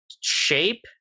shape